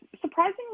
surprisingly